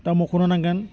दा मख'नो नांगोन